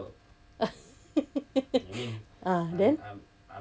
then